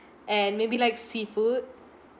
and maybe like seafood